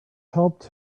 helped